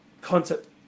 concept